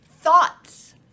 thoughts